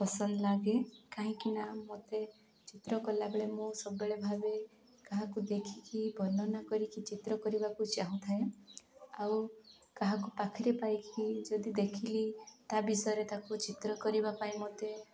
ପସନ୍ଦ ଲାଗେ କାହିଁକିନା ମୋତେ ଚିତ୍ର କଲାବେଳେ ମୁଁ ସବୁବେଳେ ଭାବେ କାହାକୁ ଦେଖିକି ବର୍ଣ୍ଣନା କରିକି ଚିତ୍ର କରିବାକୁ ଚାହୁଁଥାଏ ଆଉ କାହାକୁ ପାଖରେ ପାଇକି ଯଦି ଦେଖିଲି ତା' ବିଷୟରେ ତାକୁ ଚିତ୍ର କରିବା ପାଇଁ ମୋତେ